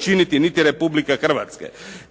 činiti niti Republika Hrvatska.